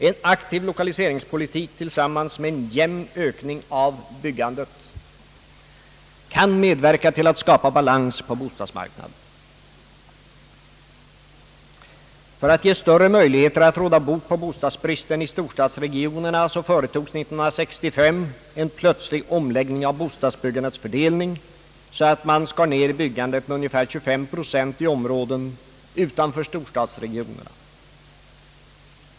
En aktiv lokaliseringspolitik tillsammans med en jämn ökning av byggandet kan medverka till att skapa balans på bostadsmarknaden. För att ge större möjligheter att råda bot på bostadsbristen i storstadsregionerna företogs år 1965 en plötslig omläggning av bostadsbyggandets fördelning, så att byggandet skars ned med ungefär 25 procent i områden utanför storstadsregionerna.